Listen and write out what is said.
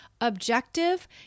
objective